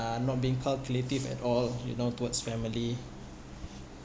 uh not being calculative at all you know towards family